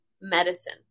medicine